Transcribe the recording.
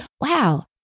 wow